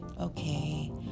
Okay